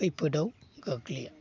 खैफोदाव गोग्लैया